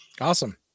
Awesome